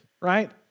Right